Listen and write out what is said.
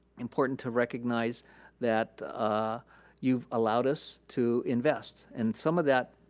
important to recognize that ah you've allowed us to invest. and some of that